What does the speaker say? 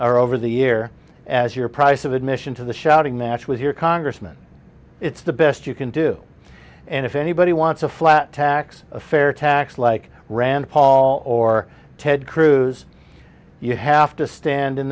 or over the year as your price of admission to the shouting match with your congressman it's the best you can do and if anybody wants a flat tax a fair tax like rand paul or ted cruz you have to stand in